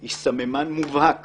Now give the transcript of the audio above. היא סממן מובהק